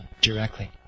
directly